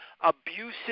abusive